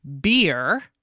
beer